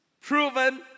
proven